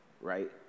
right